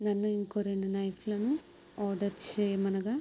నన్ను ఇంకో రెండు నైఫ్లను ఆర్డర్ చేయమనగా